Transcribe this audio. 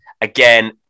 again